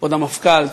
כבוד המפכ"ל,